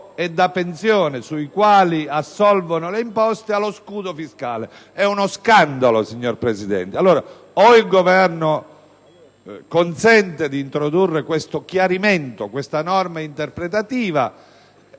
e da pensione, sui quali assolvono le imposte, allo scudo fiscale. È uno scandalo, signor Presidente. Allora, o il Governo consente di introdurre questa norma interpretativa,